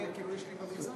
שלי במכסה.